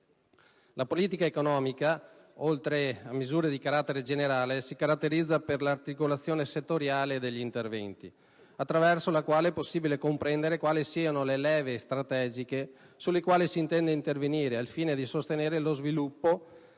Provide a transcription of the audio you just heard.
La politica economica, oltre che per le misure di carattere generale, si caratterizza per l'articolazione settoriale degli interventi, attraverso la quale è possibile comprendere quali siano le leve strategiche su cui si intende intervenire, al fine di sostenere lo sviluppo